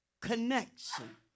connection